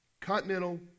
Continental